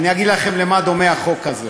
אני אגיד לכם למה דומה החוק הזה: